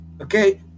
okay